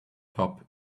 top